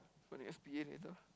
from the S P A header